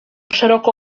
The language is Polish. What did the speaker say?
szeroko